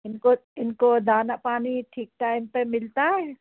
इनको इनको दाना पानी ठीक टाइम पर मिलता है